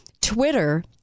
Twitter